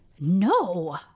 No